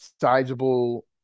sizable